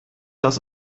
das